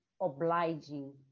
obliging